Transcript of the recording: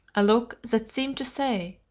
a look that seemed to say,